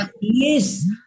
Yes